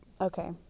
Okay